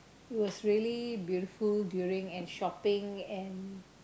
was really beautiful during and shopping and